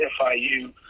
FIU